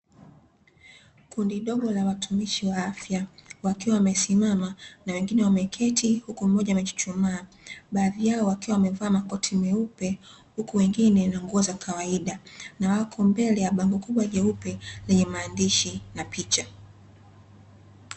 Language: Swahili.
Kundi dogo la watumishi wa afya wakiwa wamesimama na wengine wameketi huku mmoja amechuchumaa, baadhi yao wakiwa wamevaa makoti meupe huku wengine na nguo za kawaida, na wako mbele ya bango kubwa jeupe lenye maandishi na picha.